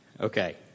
Okay